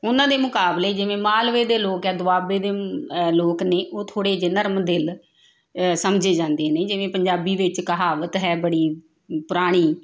ਉਹਨਾਂ ਦੇ ਮੁਕਾਬਲੇ ਜਿਵੇਂ ਮਾਲਵੇ ਦੇ ਲੋਕ ਹੈ ਦੁਆਬੇ ਦੇ ਲੋਕ ਨੇ ਉਹ ਥੋੜ੍ਹੇ ਜਿਹੇ ਨਰਮ ਦਿਲ ਸਮਝੇ ਜਾਂਦੇ ਨੇ ਜਿਵੇਂ ਪੰਜਾਬੀ ਵਿੱਚ ਕਹਾਵਤ ਹੈ ਬੜੀ ਪੁਰਾਣੀ